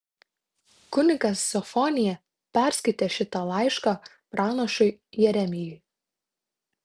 kunigas sofonija perskaitė šitą laišką pranašui jeremijui